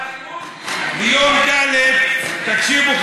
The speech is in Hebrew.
ביום ד' תקשיבו,